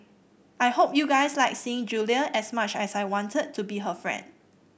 I hope you guys liked seeing Julia as much as I wanted to be her friend